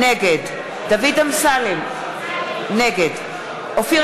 נגד דוד אמסלם, נגד אופיר